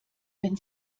wenn